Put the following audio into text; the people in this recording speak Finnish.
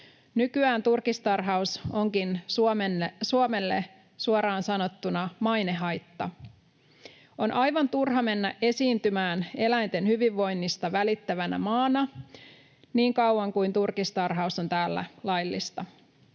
Nykyään turkistarhaus onkin Suomelle suoraan sanottuna mainehaitta. On aivan turha mennä esiintymään eläinten hyvinvoinnista välittävänä maana niin kauan kun turkistarhaus on täällä laillista.